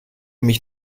mich